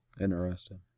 Interesting